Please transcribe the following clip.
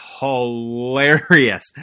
hilarious